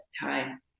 time